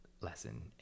lesson